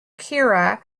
kira